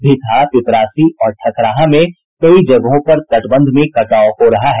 भितहा पिपरासी और ठकराहा में कई जगहों पर तटबंध में कटाव हो रहा है